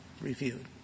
reviewed